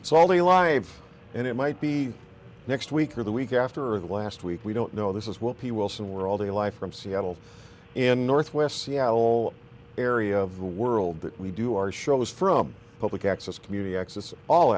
it's all the live and it might be next week or the week after or the last week we don't know this is will people wilson we're all the life from seattle in northwest seattle area of the world that we do our shows from public access community access all